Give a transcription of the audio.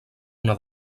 una